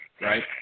right